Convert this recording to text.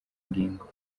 ngingo